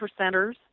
percenters